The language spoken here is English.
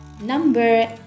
Number